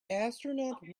astronaut